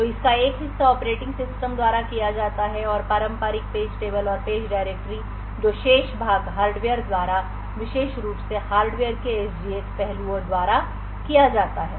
तो इसका एक हिस्सा ऑपरेटिंग सिस्टम द्वारा किया जाता है और पारंपरिक पेज टेबल और पेज डाइरेक्टरी जो शेष भाग हार्डवेयर द्वारा विशेष रूप से हार्डवेयर के एसजीएक्स पहलुओं द्वारा किया जाता है